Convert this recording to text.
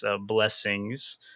blessings